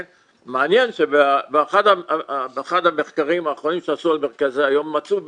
מעניין שבאחד המחקרים האחרונים שעשו על מרכזי היום מצאו,